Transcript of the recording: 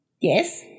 Yes